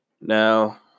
Now